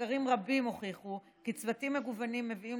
מחקרים רבים הוכיחו כי צוותים מגוונים מביאים